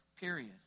period